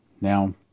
Now